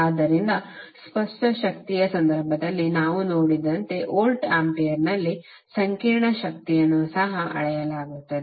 ಆದ್ದರಿಂದ ಸ್ಪಷ್ಟ ಶಕ್ತಿಯ ಸಂದರ್ಭದಲ್ಲಿ ನಾವು ನೋಡಿದಂತೆ ವೋಲ್ಟಂಪಿಯರ್ನಲ್ಲಿ ಸಂಕೀರ್ಣ ಶಕ್ತಿಯನ್ನು ಸಹ ಅಳೆಯಲಾಗುತ್ತದೆ